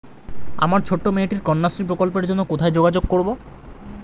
আমার ছোট্ট মেয়েটির কন্যাশ্রী প্রকল্পের জন্য কোথায় যোগাযোগ করব?